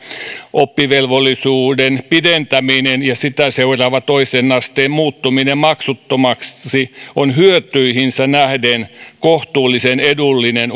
oppivelvollisuuden pidentäminen ja sitä seuraava toisen asteen muuttuminen maksuttomaksi on hyötyihinsä nähden kohtuullisen edullinen